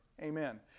Amen